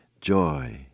Joy